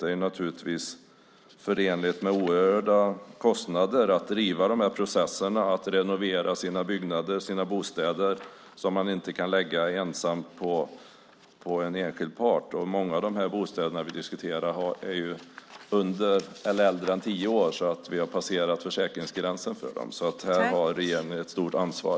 Det är naturligtvis förenat med oerhörda kostnader att driva de här processerna, att renovera byggnader och bostäder. Det kan man inte lägga på en enskild part. Många av de bostäder vi diskuterar är dessutom äldre än tio år, så vi har passerat försäkringsgränsen för dem. Här har alltså regeringen ett stort ansvar.